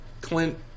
Clint